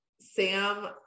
Sam